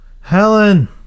Helen